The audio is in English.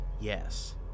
yes